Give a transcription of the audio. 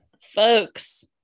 folks